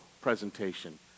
presentation